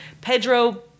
Pedro